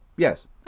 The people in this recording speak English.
Yes